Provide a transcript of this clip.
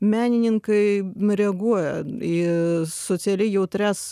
menininkai reaguoja į socialiai jautrias